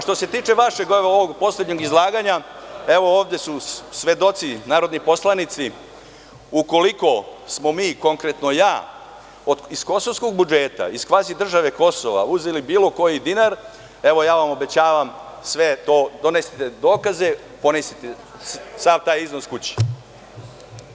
Što se tiče vašeg ovog poslednjeg izlaganja, evo ovde su svedoci, narodni poslanici, ukoliko smo mi, konkretno ja, iz kosovskog budžeta, iz kvazi države Kosova, uzeli bilo koji dinar, evo ja vam obećavam sve to, donesite dokaze, ponesite sav taj iznos kući.